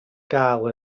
gael